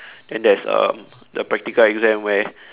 then there is um the practical exam where